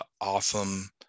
awesome